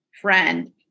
friend